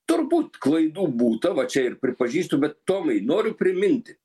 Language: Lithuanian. turbūt klaidų būta va čia ir pripažįstu bet tomai noriu priminti